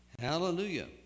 Hallelujah